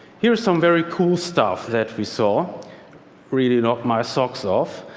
here's some very cool stuff that we saw really knocked my socks off.